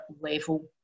level